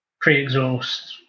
pre-exhaust